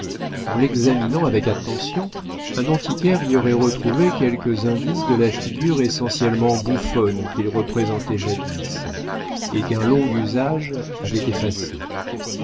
en l'examinant avec attention un antiquaire y aurait retrouvé quelques indices de la figure essentiellement bouffonne qu'il représentait jadis et qu'un long usage avait effacée